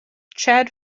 chad